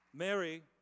Mary